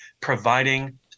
providing